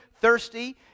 thirsty